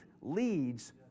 leads